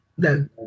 No